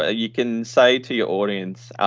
ah you can say to your audience,